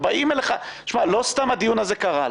לא סתם הדיון הזה קרה.